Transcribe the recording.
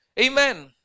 amen